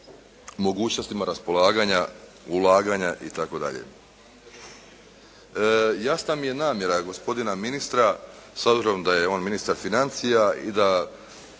mogućnostima raspolaganja, ulaganja itd. Jasna mi je namjera gospodine ministra s obzirom da je on ministar financija i da